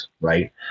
right